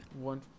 One